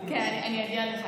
כן, אני אודיע לך.